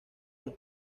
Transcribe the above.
los